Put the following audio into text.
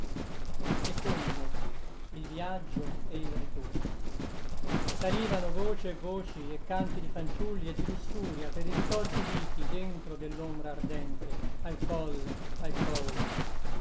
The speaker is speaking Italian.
il viaggio e il ritorno salivano voci e voci e canti di fanciulli e di lussuria per i ritorti vichi dentro dell'ombra ardente al colle al colle